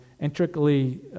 intricately